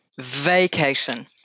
vacation